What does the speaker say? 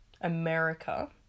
America